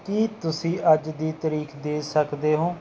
ਕੀ ਤੁਸੀਂ ਅੱਜ ਦੀ ਤਾਰੀਖ ਦੇ ਸਕਦੇ ਹੋ